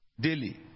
daily